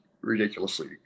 ridiculously